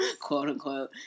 Quote-unquote